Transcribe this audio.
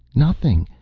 nothing,